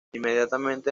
inmediatamente